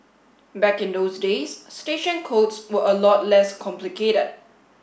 back in those days station codes were a lot less complicated